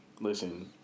listen